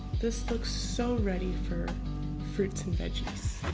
this looks so ready for fruits and veggies,